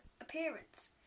appearance